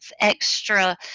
extra